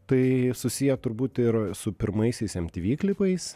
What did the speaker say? tai susiję turbūt ir su pirmaisiais mtv klipais